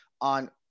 on